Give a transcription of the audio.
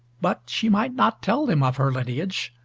but she might not tell them of her lineage,